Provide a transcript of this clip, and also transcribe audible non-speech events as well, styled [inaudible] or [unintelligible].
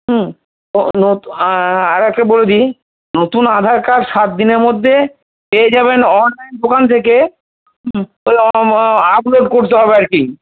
হুম আরেকটা বলে দিই নতুন আধার কার্ড সাত দিনের মধ্যে পেয়ে যাবেন অনলাইন [unintelligible] থেকে হুম আপলোড করতে হবে আর কি